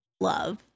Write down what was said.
love